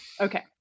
okay